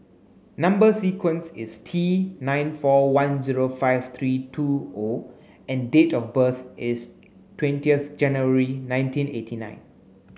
number sequence is T nine four one zero five three two O and date of birth is twentieth January nineteen eighty nine